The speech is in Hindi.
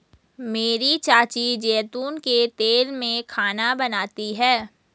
मेरी चाची जैतून के तेल में खाना बनाती है